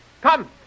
Come